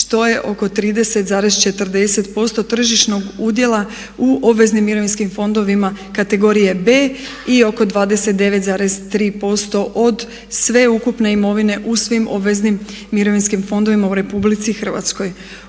što je od 30, 40% tržišnog udjela u obveznim mirovinskim fondovima kategorije B i oko 29,3% od sveukupne imovine u svim obveznim mirovinskim fondovima u RH.